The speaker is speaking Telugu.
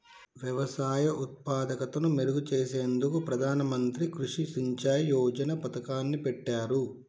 వ్యవసాయ ఉత్పాదకతను మెరుగు చేసేందుకు ప్రధాన మంత్రి కృషి సించాయ్ యోజన పతకాన్ని పెట్టారు